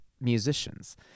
musicians